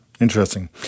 Interesting